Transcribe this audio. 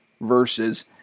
verses